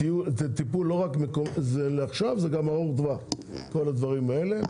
זה טיפול לא רק לעכשיו זה גם טיפול ארוך טווח כל הדברים האלה.